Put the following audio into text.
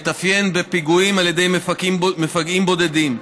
התאפיין בפיגועים בידי מפגעים בודדים,